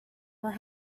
were